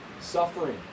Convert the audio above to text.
suffering